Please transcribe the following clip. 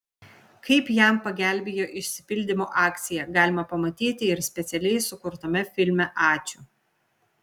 kaip jam pagelbėjo išsipildymo akcija galima pamatyti ir specialiai sukurtame filme ačiū